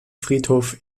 friedhof